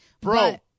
Bro